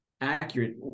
accurate